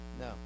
no